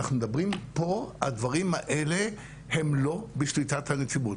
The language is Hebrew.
הדברים האלה הם לא בשליטת הנציבות.